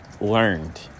learned